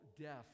death